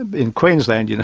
in queensland, you know